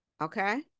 okay